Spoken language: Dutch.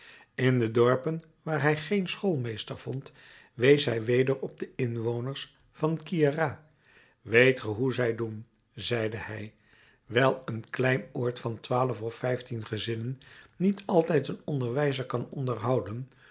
in de dorpen waar hij geen schoolmeester vond wees hij weder op de inwoners van queyras weet ge hoe zij doen zeide hij wijl een klein oord van twaalf of vijftien gezinnen niet altijd een onderwijzer kan onderhouden